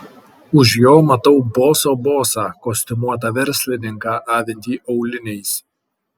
už jo matau boso bosą kostiumuotą verslininką avintį auliniais